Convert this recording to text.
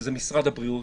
שזה משרד הבריאות,